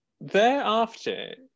thereafter